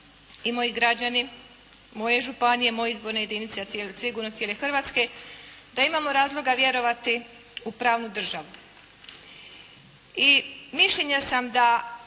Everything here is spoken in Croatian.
i moji građani, moje županije, moje izborne jedince, sigurno cijele Hrvatske, da imamo razloga vjerovati u pravnu državu. I mišljenja sam da